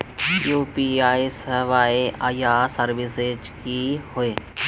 UPI सेवाएँ या services की होय?